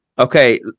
Okay